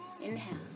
inhale